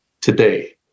today